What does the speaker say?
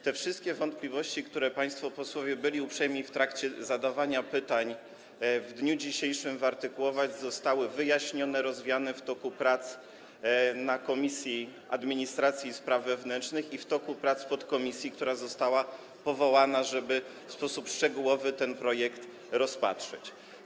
Te wszystkie wątpliwości, które państwo posłowie byli uprzejmi w trakcie zadawania pytań w dniu dzisiejszym wyartykułować, zostały wyjaśnione, rozwiane w toku prac w Komisji Administracji i Spraw Wewnętrznych i w toku prac podkomisji, która została powołana, żeby w sposób szczegółowy ten projekt rozpatrzyć.